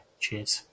Cheers